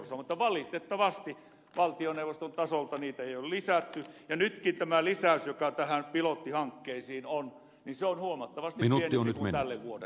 mutta valitettavasti valtioneuvoston tasolta niitä ei ole lisätty ja nytkin tämä lisäys joka pilottihankkeisiin on on huomattavasti pienempi kuin tälle vuodelle